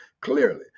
Clearly